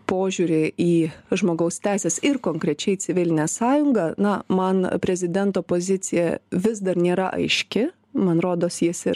požiūrį į žmogaus teises ir konkrečiai civilinę sąjungą na man prezidento pozicija vis dar nėra aiški man rodos jis ir